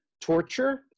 torture